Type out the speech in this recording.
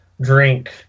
drink